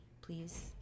please